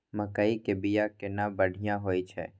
मकई के बीया केना बढ़िया होय छै?